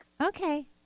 Okay